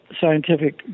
scientific